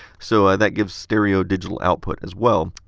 so ah that gives stereo digital output as well.